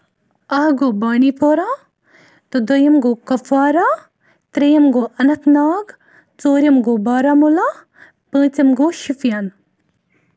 اَکھ گوٚو بانڈی پورہ تہٕ دٔیِم گوٚو کۄپوارہ ترٛیٚیِم گوٚو اَننت ناگ ژوٗرِم گوٚو بارہمولہ پوٗنژِم گوٚو شُپٮَ۪ن